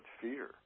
fear